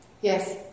Yes